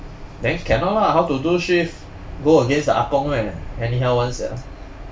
then cannot lah how to do shift go against the ah gong leh anyhow [one] sia